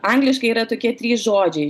angliškai yra tokie trys žodžiai